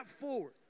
forward